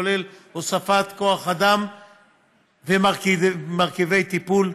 הכולל הוספת כוח אדם ומרכיבי טיפול.